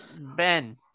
Ben